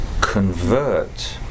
convert